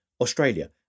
Australia